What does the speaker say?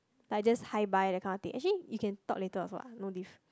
like just hi bye that kind of thing actually you can talk later also what no diff